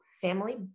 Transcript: family